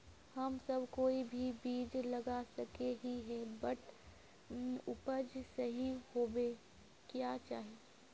हम सब कोई भी बीज लगा सके ही है बट उपज सही होबे क्याँ चाहिए?